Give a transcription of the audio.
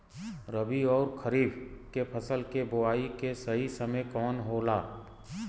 रबी अउर खरीफ के फसल के बोआई के सही समय कवन होला?